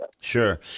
Sure